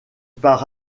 par